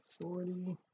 forty